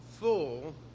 Full